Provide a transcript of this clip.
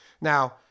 Now